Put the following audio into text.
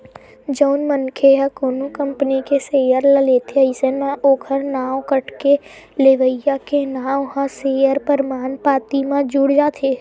जउन मनखे ह कोनो कंपनी के सेयर ल लेथे अइसन म ओखर नांव कटके लेवइया के नांव ह सेयर परमान पाती म जुड़ जाथे